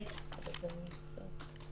תודה.